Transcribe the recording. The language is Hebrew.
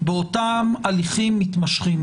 באותם הליכים מתמשכים.